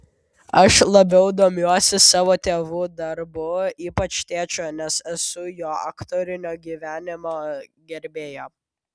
aš labiau domiuosi savo tėvų darbu ypač tėčio nes esu jo aktorinio gyvenimo gerbėja